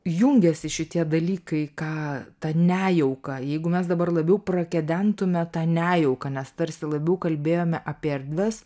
jungiasi šitie dalykai ką ta nejauka jeigu mes dabar labiau prakedentume tą nejauką nes tarsi labiau kalbėjome apie erdves